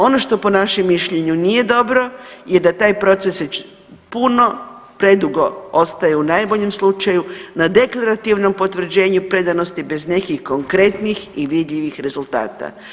Ono što po našem mišljenju nije dobro je da taj proces već puno predugo ostaje u najboljem slučaju na deklarativnom potvrđenju predanosti bez nekih konkretnih i vidljivih rezultata.